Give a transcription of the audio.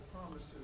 promises